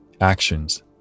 actions